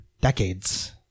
decades